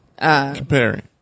comparing